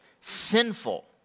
sinful